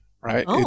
right